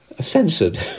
censored